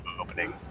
opening